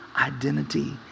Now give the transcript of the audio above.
identity